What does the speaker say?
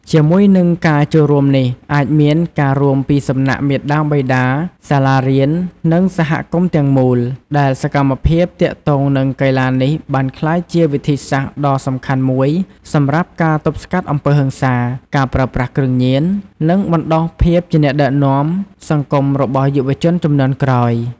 ជាមួយនឹងការចូលរួមនេះអាចមានការរួមពីសំណាក់ មាតាបិតា សាលារៀន និងសហគមន៍ទាំងមូល ដែលសកម្មភាពទាក់ទងនឹងកីឡានេះបានក្លាយជាវិធីសាស្ត្រដ៏សំខាន់មួយសម្រាប់ការទប់ស្កាត់អំពើហិង្សា ការប្រើប្រាស់គ្រឿងញៀន និងបណ្តុះភាពជាអ្នកដឹកនាំសង្គមរបស់យុវជនជំនាន់ក្រោយ។